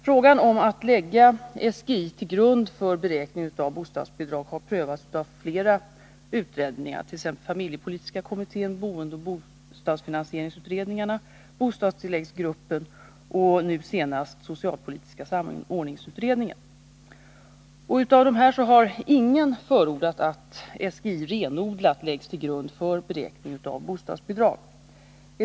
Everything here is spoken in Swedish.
Frågan om att lägga SGI till grund för beräkning av bostadsbidrag har prövats av flera utredningar, t.ex. familjepolitiska kommittén, boendeoch bostadsfinansieringsutredningarna, bostadstilläggsgruppen samt nu senast socialpolitiska samordningsutredningen. Av dessa har ingen förordat att SGI renodlat läggs till grund för beräkning av bostadsbidrag.